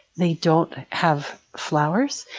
they don't have flowers.